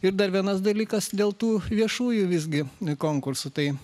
ir dar vienas dalykas dėl tų viešųjų visgi konkursų tai